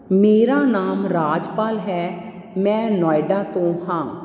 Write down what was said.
ਮੇਰਾ ਨਾਮ ਰਾਜਪਾਲ ਹੈ ਮੈਂ ਨੋਇਡਾ ਤੋਂ ਹਾਂ